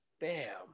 Bam